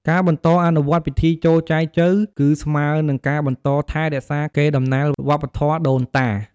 ការបន្តអនុវត្តពិធីចូលចែចូវ គឺស្មើនឹងការបន្តថែរក្សាកេរដំណែលវប្បធម៌ដូនតា។